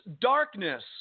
darkness